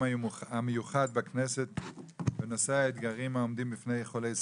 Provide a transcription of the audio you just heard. המיוחד בכנסת בנושא האתגרים העומדים בפני חולי סרטן.